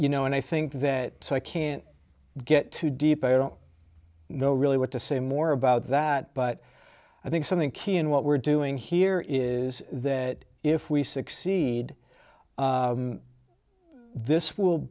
you know and i think that i can't get too deep i don't know really what to say more about that but i think something key in what we're doing here is that if we succeed this will